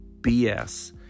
BS